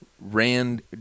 ran